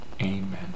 Amen